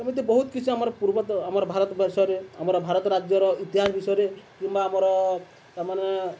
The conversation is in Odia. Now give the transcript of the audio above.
ଏମିତି ବହୁତ କିଛି ଆମର ପୂର୍ବ ଆମର ଭାରତ ବର୍ଷରେ ଆମର ଭାରତ ରାଜ୍ୟର ଇତିହାସ ବିଷୟରେ କିମ୍ବା ଆମର ତାମାନେ